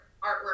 artwork